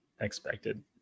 expected